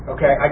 Okay